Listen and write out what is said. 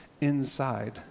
inside